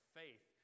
faith